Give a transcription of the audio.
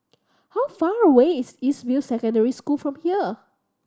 how far away is East View Secondary School from here